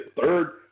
third